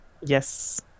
Yes